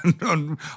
On